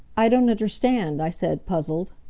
i don't understand, i said, puzzled.